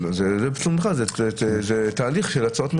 זה תהליך של הצעות מחיר.